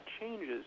changes